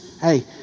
Hey